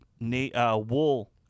wool